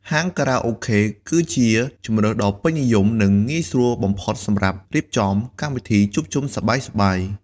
ហាងខារ៉ាអូខេ គឺជាជម្រើសដ៏ពេញនិយម និងងាយស្រួលបំផុតសម្រាប់រៀបចំ កម្មវិធីជួបជុំសប្បាយៗ។